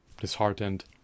disheartened